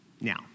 Now